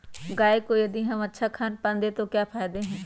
गाय को यदि हम अच्छा खानपान दें तो क्या फायदे हैं?